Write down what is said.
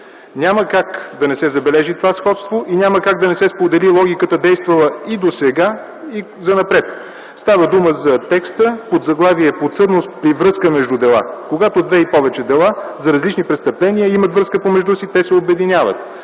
Няма как да не се забележи това сходство и няма как да не се сподели логиката, действала досега и занапред. Става дума за текста под заглавие „Подсъдност при връзка между дела”. Когато две и повече дела за различни престъпления имат връзка помежду си, те са обединяват.